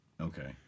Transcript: Okay